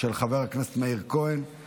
של חבר הכנסת מאיר כהן.